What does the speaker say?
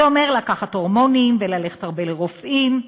זה אומר לקחת הורמונים וללכת הרבה לרופאים,